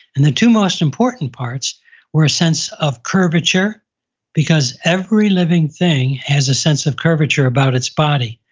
and the two most important parts were a sense of curvature because every living thing has a sense of curvature about its body.